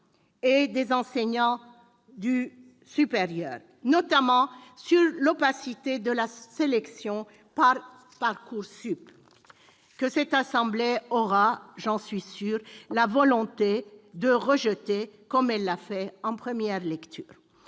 et des enseignants du supérieur, notamment sur l'opacité de la sélection par Parcoursup, que cette assemblée aura, j'en suis sûre, la volonté de rejeter, comme elle l'a fait en première lecture.